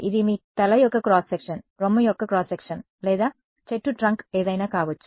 ఇది మీ తల యొక్క క్రాస్ సెక్షన్ రొమ్ము యొక్క క్రాస్ సెక్షన్ లేదా చెట్టు ట్రంక్ ఏదైనా కావచ్చు